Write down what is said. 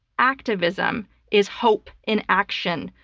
activism is hope in action.